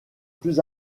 plus